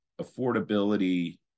affordability